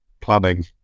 planning